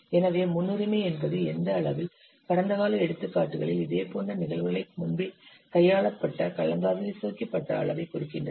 எனவே முன்னுரிமை என்பது எந்தப் அளவில் கடந்த கால எடுத்துக்காட்டுகளில் இதேபோன்ற நிகழ்வுகளைக் முன்பே கையாளப்பட்ட கலந்தாலோசிக்கப்பட்ட அளவைக் குறிக்கின்றன